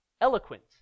eloquent